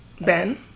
Ben